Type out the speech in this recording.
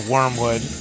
Wormwood